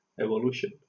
Evolution